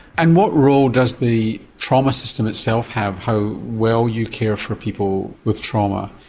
and what role does the trauma system itself have, how well you care for people with trauma.